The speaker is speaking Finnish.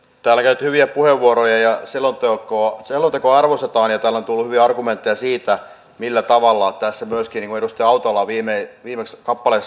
täällä on käytetty hyviä puheenvuoroja ja selontekoa arvostetaan ja täällä on tullut hyviä argumentteja siitä millä tavalla myöskin niin kuin edustaja hautala viimeksi